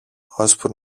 ώσπου